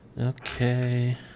Okay